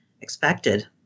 expected